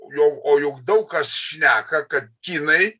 jau o juk daug kas šneka kad kinai